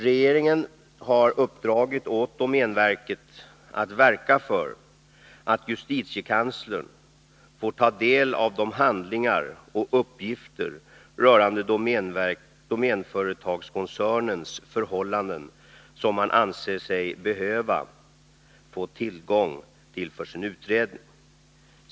Regeringen har uppdragit åt domänverket att verka för att justitiekanslern får ta del av de handlingar och uppgifter rörande Domänföretagskoncernens förhållanden som han anser sig behöva få tillgång till för sin utredning.